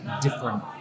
different